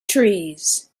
trees